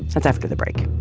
that's after the break